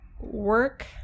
work